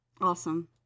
Awesome